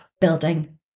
building